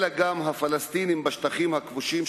אלא גם הפלסטינים בשטחים הכבושים,